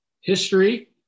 history